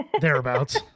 Thereabouts